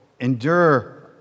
endure